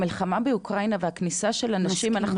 המלחמה באוקראינה והכניסה של הנשים,